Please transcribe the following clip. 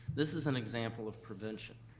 this is an example of prevention.